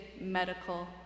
medical